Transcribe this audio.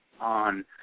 on